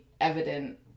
evident